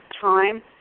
time